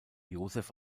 josef